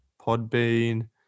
Podbean